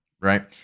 right